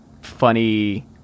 funny